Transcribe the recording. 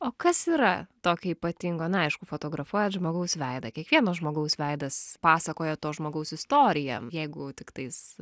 o kas yra tokio ypatingo na aišku fotografuoja žmogaus veidą kiekvieno žmogaus veidas pasakoja to žmogaus istoriją jeigu tiktais